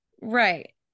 right